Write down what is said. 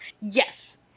yes